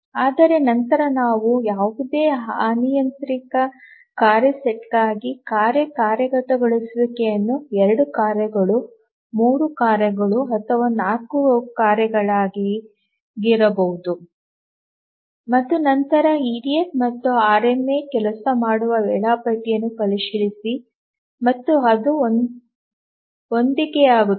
ಆದರೆ ನಂತರ ನಾವು ಯಾವುದೇ ಅನಿಯಂತ್ರಿತ ಕಾರ್ಯ ಸೆಟ್ಗಾಗಿ ಕಾರ್ಯ ಕಾರ್ಯಗತಗೊಳಿಸುವಿಕೆಯನ್ನು 2 ಕಾರ್ಯಗಳು 3 ಕಾರ್ಯಗಳು ಅಥವಾ 4 ಕಾರ್ಯಗಳಾಗಿರಬಹುದು ಮತ್ತು ನಂತರ ಇಡಿಎಫ್ ಮತ್ತು ಆರ್ಎಂಎ ಕೆಲಸ ಮಾಡುವ ವೇಳಾಪಟ್ಟಿಯನ್ನು ಪರಿಶೀಲಿಸಿ ಮತ್ತು ಅದು ಹೊಂದಿಕೆಯಾಗುತ್ತದೆ